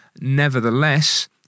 Nevertheless